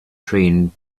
train